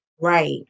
Right